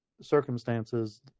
circumstances